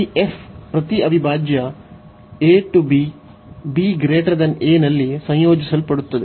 ಈ f ಪ್ರತಿ ಅವಿಭಾಜ್ಯ a b b a ನಲ್ಲಿ ಸಂಯೋಜಿಸಲ್ಪಡುತ್ತದೆ